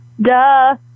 Duh